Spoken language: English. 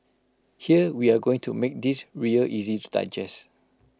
here we are going to make this real easy to digest